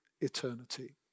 eternity